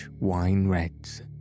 wine-reds